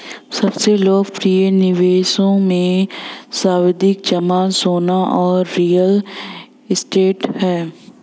सबसे लोकप्रिय निवेशों मे, सावधि जमा, सोना और रियल एस्टेट है